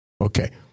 Okay